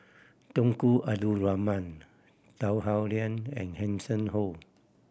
Tunku Abdul Rahman Tan Howe Liang and Hanson Ho